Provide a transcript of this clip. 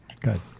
Good